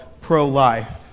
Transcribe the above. pro-life